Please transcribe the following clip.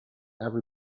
every